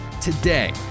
today